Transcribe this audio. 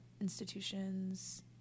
institutions